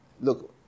Look